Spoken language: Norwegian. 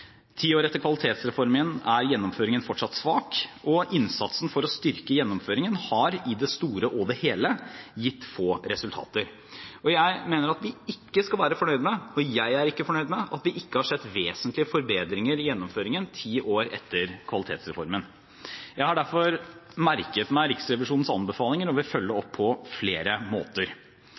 etter kvalitetsreformen er gjennomføringen fortsatt svak, og innsatsen for å styrke gjennomføringen har i det store og hele gitt få resultater. Jeg mener at vi ikke skal være fornøyd med – og jeg er ikke fornøyd med – at vi ikke har sett vesentlige forbedringer i gjennomføringen ti år etter kvalitetsreformen. Jeg har derfor merket meg Riksrevisjonens anbefalinger, og vil følge opp på flere måter.